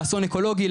לאסון אקולוגי,